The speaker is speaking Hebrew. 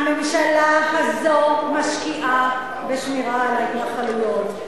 הממשלה הזו משקיעה בשמירה על ההתנחלויות.